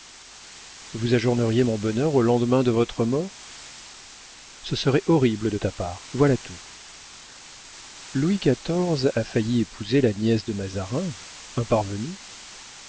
vous ajourneriez mon bonheur au lendemain de votre mort ce serait horrible de ta part voilà tout louis xiv a failli épouser la nièce de mazarin un parvenu